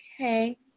okay